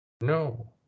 no